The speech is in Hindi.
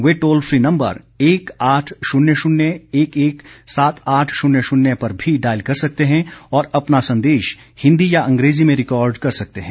वे टोल फ्री नंबर एक आठ शून्य शून्य एक एक सात आठ शून्य शून्य पर भी डायल कर सकते हैं और अपना संदेश हिंदी या अंग्रेजी में रिकॉर्ड कर सकते हैं